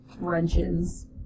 wrenches